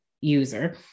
user